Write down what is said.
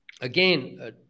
again